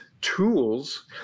tools